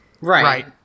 Right